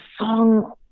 song